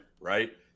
right